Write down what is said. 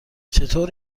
چطور